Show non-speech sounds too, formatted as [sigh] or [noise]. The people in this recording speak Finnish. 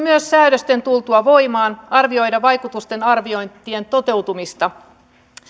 [unintelligible] myös säädösten tultua voimaan arvioida vaikutusten arviointien toteutumista